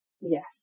Yes